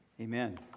Amen